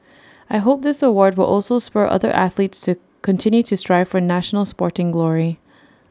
I hope this award will also spur other athletes to continue to strive for national sporting glory